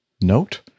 note